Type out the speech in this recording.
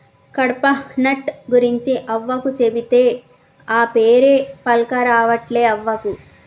కడ్పాహ్నట్ గురించి అవ్వకు చెబితే, ఆ పేరే పల్కరావట్లే అవ్వకు